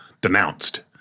denounced